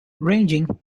ranging